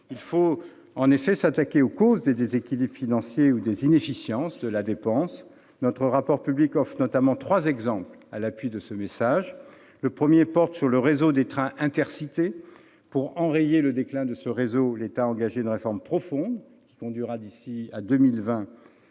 il faut en effet s'attaquer aux causes des déséquilibres financiers ou des inefficiences de la dépense. Notre rapport public offre notamment trois exemples à l'appui de ce message. Le premier porte sur le réseau des trains Intercités. Pour enrayer le déclin de ce réseau, l'État a engagé une réforme profonde qui conduira, d'ici à 2020,